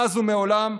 מאז ומעולם,